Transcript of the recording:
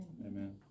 Amen